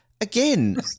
again